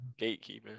Gatekeeping